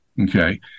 Okay